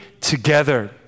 together